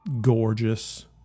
gorgeous